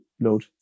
load